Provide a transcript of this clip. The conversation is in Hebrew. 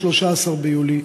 13 ביולי,